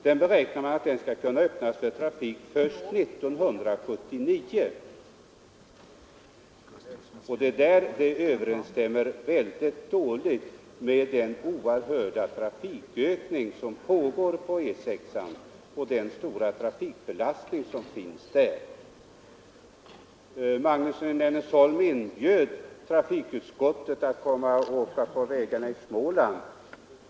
Man beräknar att denna sträcka skall kunna öppnas för trafik först år 1979. Detta överensstämmer dåligt med den oerhörda trafikökningen och den stora trafikbelastningen på E 6. Herr Magnusson i Nennesholm inbjöd trafikutskottet att komma och åka på vägarna i Småland.